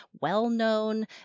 well-known